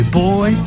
boy